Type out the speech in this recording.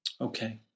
Okay